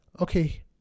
okay